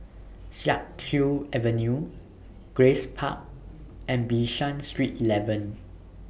Siak Kew Avenue Grace Park and Bishan Street eleven